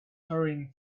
hurrying